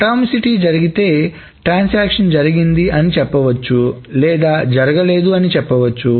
atomicity జరిగితే transaction జరిగింది అని చెప్పవచ్చు లేదా జరగలేదు అని చెప్పవచ్చు